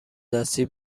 دستی